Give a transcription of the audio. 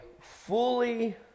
fully